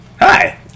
Hi